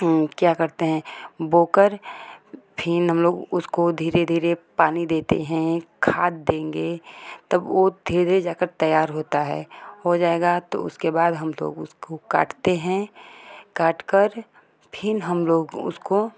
क्या करते हैं बो कर फिन हम लोग उसको धीरे धीरे पानी देते हैं खाद देंगे तब वो धीरे धीरे जा कर तैयार होता है हो जाएगा उसके बाद हम लोग उसको काटते हैं काट कर फिर हम लोग उसको